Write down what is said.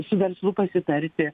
su verslu pasitarti